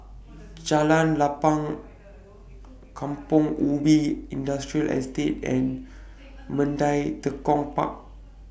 Jalan Lapang Kampong Ubi Industrial Estate and Mandai Tekong Park